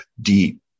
deep